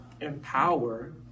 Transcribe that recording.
empower